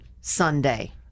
Sunday